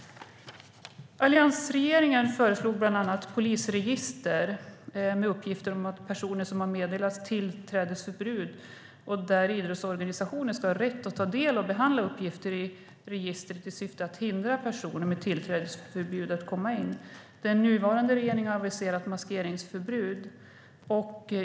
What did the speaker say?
Alliansregeringen föreslog bland annat ett polisregister med uppgifter om personer som har meddelats tillträdesförbud och att idrottsorganisationer ska ha rätt att ta del av det och behandla uppgifter i registret i syfte att hindra att personer med tillträdesförbud kommer in. Den nuvarande regeringen har aviserat maskeringsförbud.